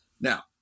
Now